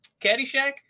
Caddyshack